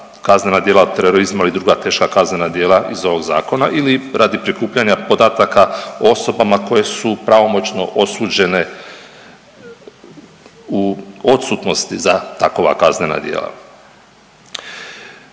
kaznena djela terorizma i druga teška kaznena djela iz ovog Zakona ili radi prikupljanja podataka o osobama koje su pravomoćno osuđene u odsutnosti za takova kaznena djela.